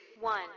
one